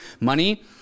Money